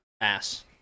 ass